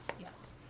Yes